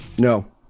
No